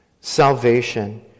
salvation